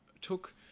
took